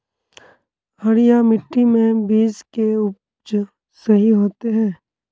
हरिया मिट्टी में बीज के उपज सही होते है?